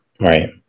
Right